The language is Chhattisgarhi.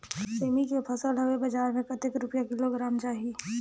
सेमी के फसल हवे बजार मे कतेक रुपिया किलोग्राम जाही?